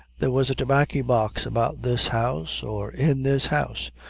there was a tobaccy-box about this house, or in this house.